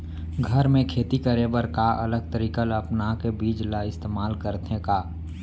घर मे खेती करे बर का अलग तरीका ला अपना के बीज ला इस्तेमाल करथें का?